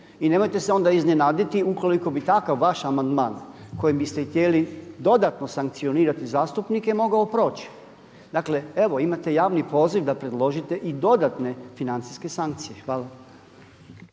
I nemojte se onda iznenaditi ukoliko bi takav vaš amandman kojim biste htjeli dodatno sankcionirati zastupnike mogao proći. Dakle, evo imate javni poziv da predložite i dodatne financijske sankcije. Hvala.